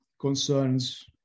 concerns